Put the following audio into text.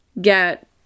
get